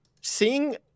Seeing